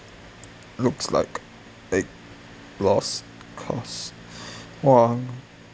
looks like a lost cause !wah!